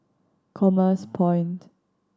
Commerce Point